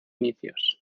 inicios